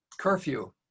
curfew